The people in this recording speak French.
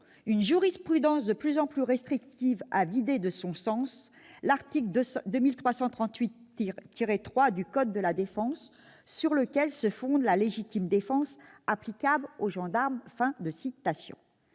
une jurisprudence de plus en plus restrictive a vidé de son sens l'article 2338-3 du code de la défense sur lequel se fonde la légitime défense applicable aux gendarmes